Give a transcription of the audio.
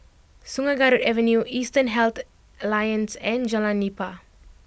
Sungei Kadut Avenue Eastern Health Alliance and Jalan Nipah